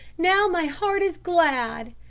now my heart is glad.